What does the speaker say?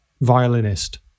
violinist